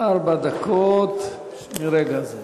ארבע דקות מרגע זה.